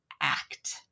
act